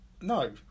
No